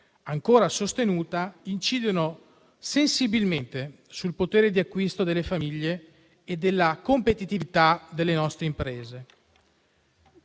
ancora sostenuta incidono sensibilmente sul potere di acquisto delle famiglie e sulla competitività delle nostre imprese.